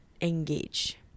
engage